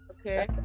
Okay